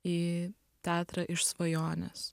į teatrą iš svajonės